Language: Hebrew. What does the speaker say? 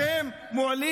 אתם מועלים